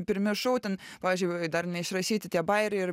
primiršau ten pavyzdžiui dar neišrašyti tie bajeriai ir